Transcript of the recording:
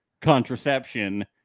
contraception